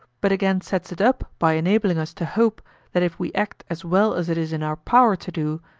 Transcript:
but again sets it up by enabling us to hope that if we act as well as it is in our power to do,